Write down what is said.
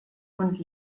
und